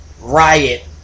riot